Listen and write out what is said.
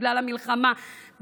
בגלל המלחמה,